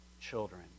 children